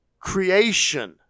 creation